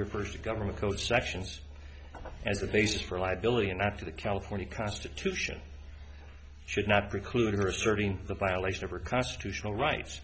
refers to government code sections as a basis for liability and not to the california constitution should not preclude her asserting the byelection of her constitutional rights